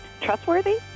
Trustworthy